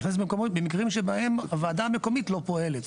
היא נכנסת במקרים שבהם הוועדה המקומית לא פועלת.